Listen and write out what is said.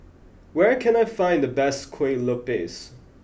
where can I find the best Kueh Lopes